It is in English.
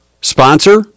sponsor